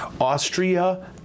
Austria